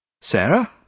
Sarah